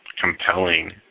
compelling